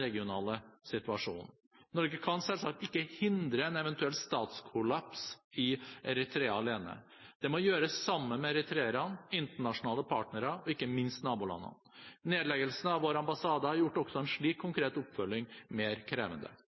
regionale situasjonen. Norge alene kan selvsagt ikke hindre en eventuell statskollaps i Eritrea. Det må gjøres sammen med eritreerne, internasjonale partnere og, ikke minst, nabolandene. Nedleggelsen av vår ambassade har også gjort en slik konkret oppfølging mer krevende.